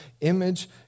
image